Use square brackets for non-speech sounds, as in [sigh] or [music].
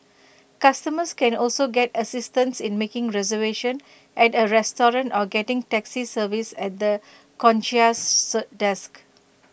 customers can also get assistance in making reservation at A restaurant or getting taxi service at the concierge [unintelligible] desk